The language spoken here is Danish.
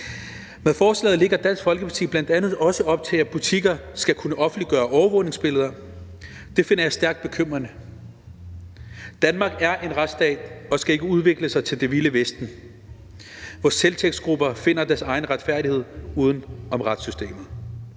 Med forslaget lægger Dansk Folkeparti bl.a. også op til, at butikker skal kunne offentliggøre overvågningsbilleder. Det finder jeg stærkt bekymrende. Danmark er en retsstat og skal ikke udvikle sig til det vilde vesten, hvor selvtægtsgrupper finder deres egen retfærdighed uden om retssystemet.